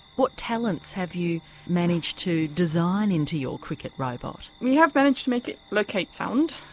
what talents have you managed to design into your cricket robot? we have managed to make it locate sound,